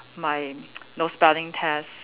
my know spelling test